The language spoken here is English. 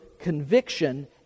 conviction